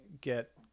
get